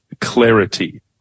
clarity